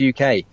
UK